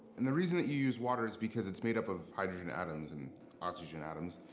and the reason that you use water is because it's made up of hydrogen atoms and oxygen atoms.